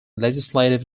legislative